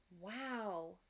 Wow